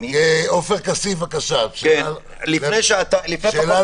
עופר כסיף, בבקשה, שאלה